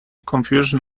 confusion